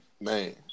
Man